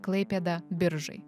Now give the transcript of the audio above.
klaipėda biržai